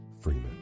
Freeman